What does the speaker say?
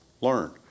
learn